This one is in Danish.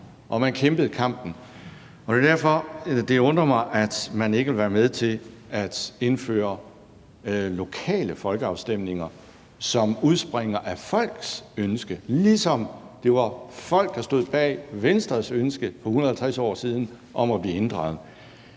og man kæmpede kampen. Det er derfor, det undrer mig, at man ikke vil være med til at indføre lokale folkeafstemninger, som udspringer af folks ønske, ligesom det var folk, der stod bag Venstres ønske for 150 år siden om at blive inddraget.